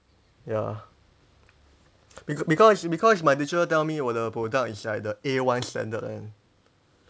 ya becau~ because because my teacher tell me 我的 product is like the A one standard [one]